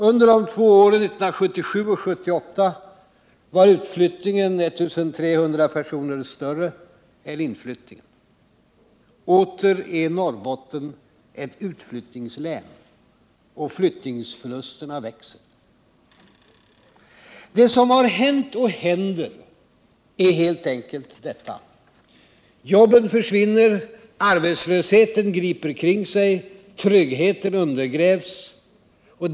Under de två åren 1977 och 1978 var utflyttningen 1300 större än inflyttningen. Åter är Norrbotten ett utflyttningslän, och flyttningsförlusterna växer. Det som har hänt och händer är helt enkelt detta: Jobben försvinner, arbetslösheten griper kring sig, tryggheten undergrävs.